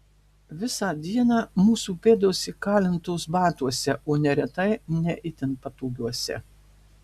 visą dieną mūsų pėdos įkalintos batuose o neretai ne itin patogiuose